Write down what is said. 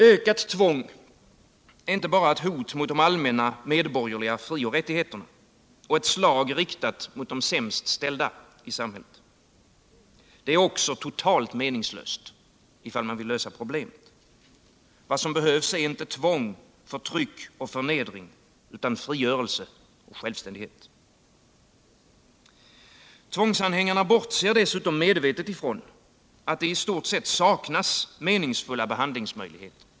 Ökat tvång är inte bara ett hot mot de allmänna medborgerliga frioch rättigheterna och ett slag riktat mot de sämst ställda i samhället. Det är också totalt meningslöst om man vill lösa problemet. Vad som behövs är inte tvång, förtryck och förnedring utan frigörelse och självständighet. Tvångsanhängarna bortser dessutom medvetet från att det i stort saknas meningsfulla behandlingsmöjligheter.